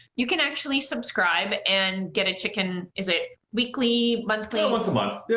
you can actually subscribe and get a chicken. is it weekly? monthly? yeah, once a month.